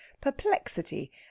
perplexity